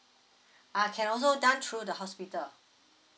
ah can also done through the hospital